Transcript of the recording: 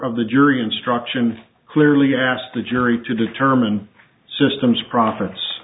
of the jury instruction clearly asked the jury to determine systems pro